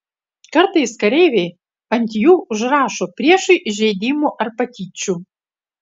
kartais kareiviai ant jų užrašo priešui įžeidimų ar patyčių